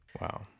Wow